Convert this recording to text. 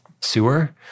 sewer